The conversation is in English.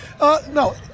no